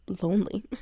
lonely